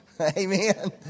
Amen